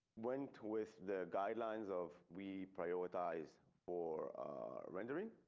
went with the guidelines of we prioritize for rendering.